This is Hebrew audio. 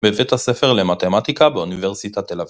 בבית הספר למתמטיקה באוניברסיטת תל אביב.